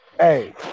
hey